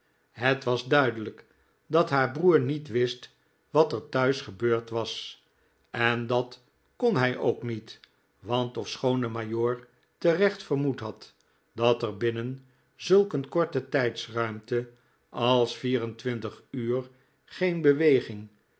het was duidelijk dat haar broer niet wist wat er thuis gebeurd was en dat kon hij ook niet want ofschoon de majoor terecht vermoed had dat er binnen zulk een korte tijdsruimte als vier-en-twintig uur geen beweging